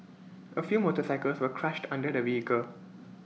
A few motorcycles were crushed under the vehicle